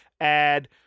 add